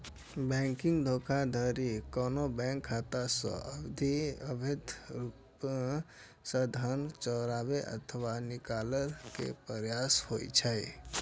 banking धोखाधड़ी कोनो bank खाता सं अवैध रूप सं धन चोराबै अथवा निकाले के प्रयास होइ छै